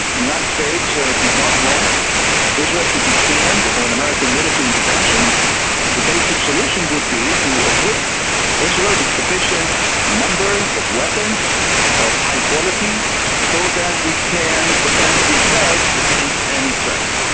united states ah did not want israel to depend on american military intervention the basic solution would be to equip israel with sufficient number of weapons of high quality so that it can defend itself against any threat.